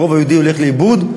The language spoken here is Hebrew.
הרוב היהודי הולך לאיבוד,